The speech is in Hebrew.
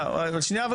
הוא רוצה לשנות אותו.